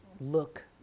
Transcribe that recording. look